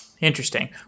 Interesting